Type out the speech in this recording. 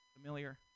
Familiar